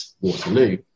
Waterloo